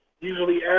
usually